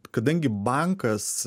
kadangi bankas